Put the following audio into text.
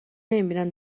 نمیبینم